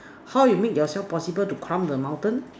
how you make yourself possible to climb the mountain